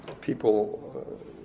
people